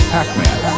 Pac-Man